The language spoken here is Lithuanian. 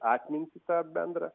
atmintį tą bendrą